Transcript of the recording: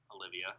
Olivia